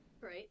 right